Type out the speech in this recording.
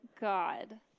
God